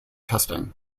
testing